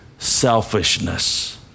Selfishness